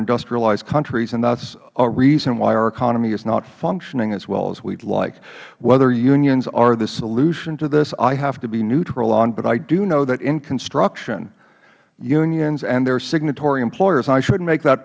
industrialized countries that is a reason why our economy is not functioning as well as we would like whether unions are the solution to this i have to be neutral on but i do know that in construction unions and their signatory employers i should make that